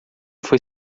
foi